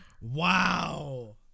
Wow